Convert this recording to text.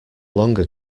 longer